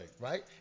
Right